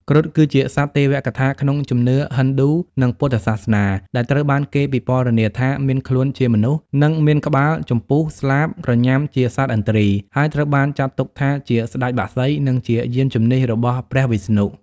គ្រុឌ គឺជាសត្វទេវកថាក្នុងជំនឿហិណ្ឌូ និងពុទ្ធសាសនា ដែលត្រូវបានគេពិពណ៌នាថាមានខ្លួនជាមនុស្ស និងមានក្បាល ចំពុះ ស្លាប ក្រញាំជាសត្វឥន្ទ្រី ហើយត្រូវបានចាត់ទុកថា ជាស្តេចបក្សី និងជាយានជំនិះរបស់ព្រះវិស្ណុ។